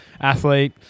athlete